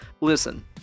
Listen